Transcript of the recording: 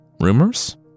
Rumors